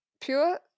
pure